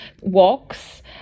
walks